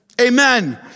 Amen